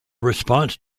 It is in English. response